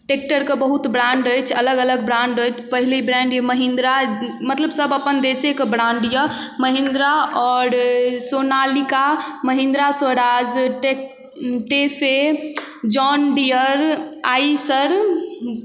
ट्रैक्टरके बहुत ब्राण्ड अछि अलग अलग ब्राण्ड अछि पहिली ब्राण्ड अइ महिन्द्रा मतलब सब अपन देशेके ब्राण्ड अइ महिन्द्रा आओर सोनालिका महिन्द्रा स्वराज टेक टेफे जौण्डिअर आइशर